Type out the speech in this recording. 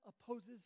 opposes